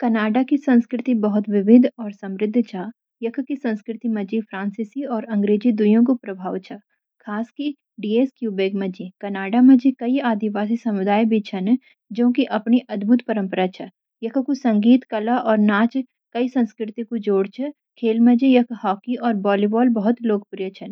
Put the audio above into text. कनाडा की संस्कृति बहुत विविध और समृद्ध छा। यख की संस्कृति माजी फ्रांसिसी और अंग्रजी द्वियो कु प्रभाव छ। खास क्री डीएस क्यूबेक माजी। कनाड़ा माजी काई आदिवासी समुदाय भी छन जंकी अपनी अदभुत परंपरा छन.यख कु संगीत कला और नाच काई संस्कृति कु जोड छ। खेल माजी यख हॉकी और बालीबॉल भूत लोकप्रिय छन।